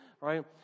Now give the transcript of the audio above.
right